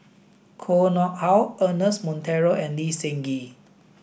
Koh Nguang How Ernest Monteiro and Lee Seng Gee